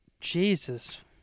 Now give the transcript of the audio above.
Jesus